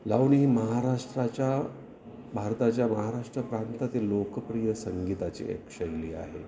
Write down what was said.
लावणी ही महाराष्ट्राच्या भारताच्या महाराष्ट्र प्रांतातील लोकप्रिय संगीताची एक शैली आहे